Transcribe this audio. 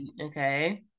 Okay